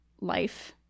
life